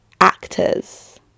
actors